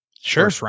Sure